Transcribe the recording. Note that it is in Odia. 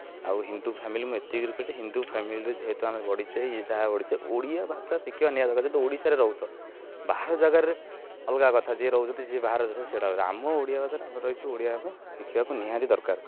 ଆଉ ହିନ୍ଦୁ ଫ୍ୟାମିଲି ମୁଁ ଏତିକି ହିନ୍ଦୁ ଫ୍ୟାମିଲିରେ ଯେହେତୁ ଆମେ ବଢ଼ିଛେ ଇଏ ଯାହା ଓଡ଼ିଆ ଭାଷା ଶିଖିବା ନିହାତି ଦରକାର ଯେହେତୁ ଓଡ଼ିଶାରେ ରହୁଛ ବାହାର ଜାଗାରେ ଅଲଗା କଥା ଯିଏ ରହୁଛନ୍ତି ଯିଏ ବାହାର ସେଇଟା ଆମ ଓଡ଼ିଆ ଭାଷାରେ ଆମେ ରହିଛୁ ଓଡ଼ିଆ ଆମେ ଶିଖିବାକୁ ନିହାତି ଦରକାର